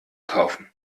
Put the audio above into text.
kaufen